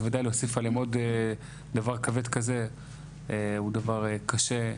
אז בוודאי להוסיף עליהם עוד דבר כבד כזה הוא דבר קשה.